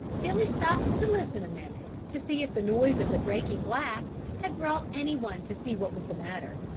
billy stopped to listen a minute to see if the noise of the breaking glass had brought anyone to see what was the matter,